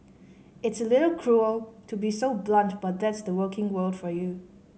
it's little cruel to be so blunt but that's the working world for you